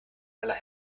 aller